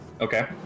Okay